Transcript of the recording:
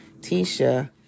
Tisha